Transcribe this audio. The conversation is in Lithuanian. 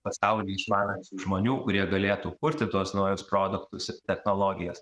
pasaulį išmanančių žmonių kurie galėtų kurti tuos naujus produktus ir technologijas